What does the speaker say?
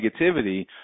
negativity